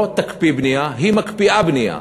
לא תקפיא בנייה, היא מקפיאה בנייה.